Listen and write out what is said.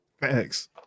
Thanks